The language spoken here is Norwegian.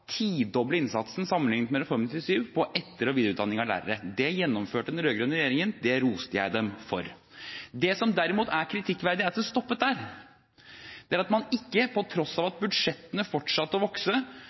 tidoble innsatsen for etter- og videreutdanning av lærere sammenlignet med Reform 97. Det gjennomførte den rød-grønne regjeringen. Det roste jeg dem for. Det som derimot er kritikkverdig, er at det stoppet der, og at man, til tross for at budsjettene fortsatte å vokse, ikke